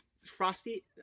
Frosty